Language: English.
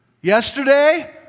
Yesterday